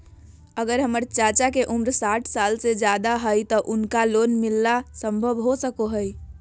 अगर हमर चाचा के उम्र साठ साल से जादे हइ तो उनका लोन मिलना संभव हो सको हइ?